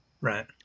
Right